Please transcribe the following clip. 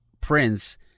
Prince